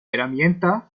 herramientas